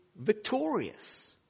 victorious